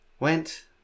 Went